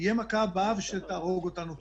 תהיה המכה הבאה שתהרוג אותנו טוטאלית.